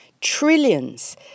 Trillions